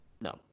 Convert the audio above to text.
No